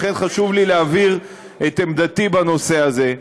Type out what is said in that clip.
לכן חשוב לי להבהיר את עמדתי בנושא הזה.